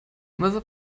nether